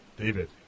David